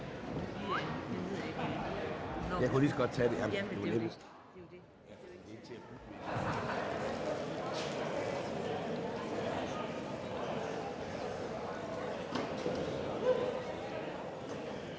Man kunne lige så godt have sagt